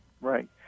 Right